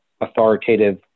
authoritative